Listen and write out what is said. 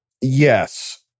Yes